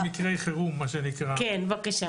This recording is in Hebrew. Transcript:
ניצב חכרוש ביקש מהמפכ"ל